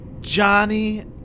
Johnny